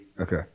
okay